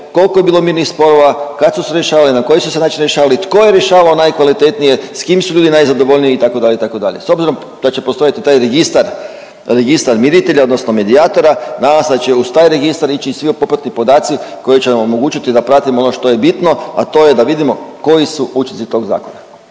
kolko je bilo mirnih sporova, kad su se rješavali, na koji su se način rješavali, tko je rješavao najkvalitetnije, s kim su ljudi najzadovoljniji, itd., itd.. S obzirom da će postojati taj registar, registar miritelja odnosno medijatora nadam se da će uz taj registar ići i svi popratni podaci koji će nam omogućiti da pratimo ono što je bitno, a to je da vidimo koji su učinci tog zakona.